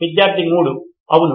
విద్యార్థి 3 అవును